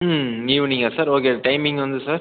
ம் ஈவினிங்கா sir okay timing வந்து சார்